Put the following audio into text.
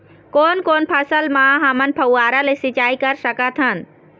कोन कोन फसल म हमन फव्वारा ले सिचाई कर सकत हन?